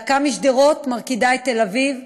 להקה משדרות מרקידה את תל אביב,